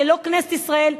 שלא כנסת ישראל,